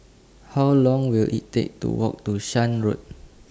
How Long Will IT Take to Walk to Shan Road